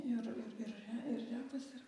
ir ir re ir repas ir